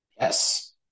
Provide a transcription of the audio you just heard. Yes